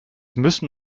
müssen